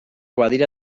badira